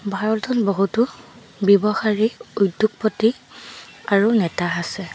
ভাৰতত বহুতো ব্যৱসায়ী উদ্যোগপতি আৰু নেতা আছে